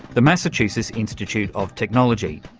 the massachusetts institute of technology.